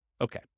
Okay